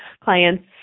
clients